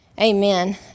Amen